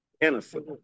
Innocent